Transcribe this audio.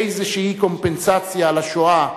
איזו קומפנסציה לשואה,